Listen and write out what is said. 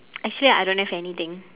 actually I don't have anything